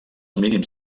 mínims